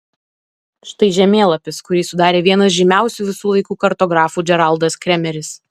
štai žemėlapis kurį sudarė vienas žymiausių visų laikų kartografų džeraldas kremeris